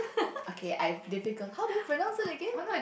okay I have difficult how do you pronounce it again